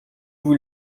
vous